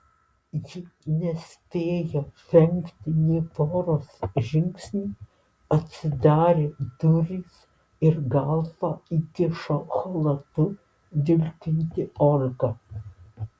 ji nespėjo žengti nė poros žingsnių atsidarė durys ir galvą iškišo chalatu vilkinti olga